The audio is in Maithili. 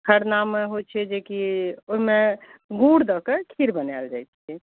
खरनामे होइ छै जे कि ओहिमे गुड़ दऽ कऽ खीर बनाएल जाइ छै